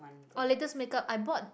oh latest make up I bought